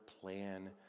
plan